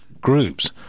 groups